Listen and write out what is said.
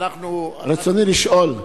אתה כתבת,